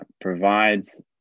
provides